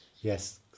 Yes